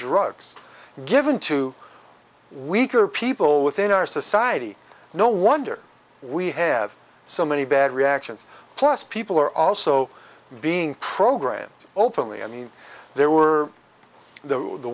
drugs given to weaker people within our society no wonder we have so many bad reactions plus people are also being programmed openly i mean there were the